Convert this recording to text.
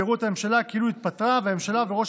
ויראו את הממשלה כאילו התפטרה והממשלה וראש